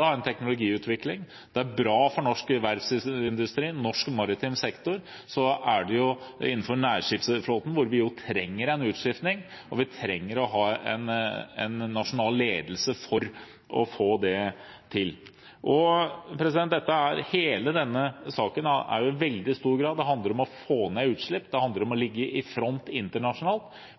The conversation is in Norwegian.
ha en teknologiutvikling – det er bra for norsk verftsindustri og norsk maritim sektor – er det innenfor nærskipsflåten, hvor vi trenger en utskiftning, og vi trenger en nasjonal ledelse for å få det til. Hele denne saken handler i veldig stor grad om å få ned utslipp. Det handler om å ligge i front internasjonalt,